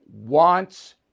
wants